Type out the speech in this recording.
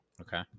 Okay